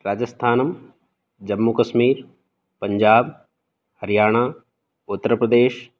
राजस्थानं जम्मुकश्मीर् पञ्जाब् हरियाणा उत्तरप्रदेश्